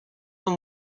than